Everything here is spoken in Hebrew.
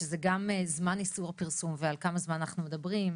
שזה גם זמן איסור הפרסום ועל כמה זמן אנחנו מדברים.